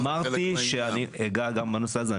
אמרתי שאני אגע גם בנושא הזה.